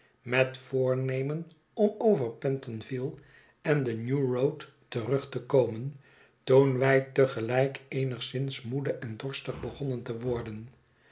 met voornemen om over pentonville en de new road terug te komen toen wij te gelijk eenigszins moede en dorstig begonnen te worden